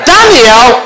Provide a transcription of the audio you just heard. Daniel